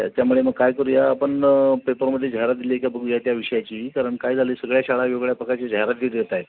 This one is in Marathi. त्याच्यामुळे मग काय करू या आपण पेपरमध्ये जाहिरात दिली आहे का बघू या त्या विषयाची कारण काय झालं सगळ्या शाळा वेगवेगळ्या प्रकारची जाहिराती देत आहेत